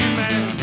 man